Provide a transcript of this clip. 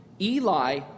Eli